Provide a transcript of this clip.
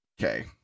okay